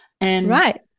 Right